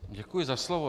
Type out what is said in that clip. Děkuji za slovo.